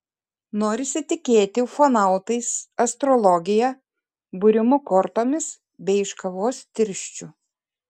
norisi tikėti ufonautais astrologija būrimu kortomis bei iš kavos tirščių